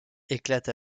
éclate